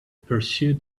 pursue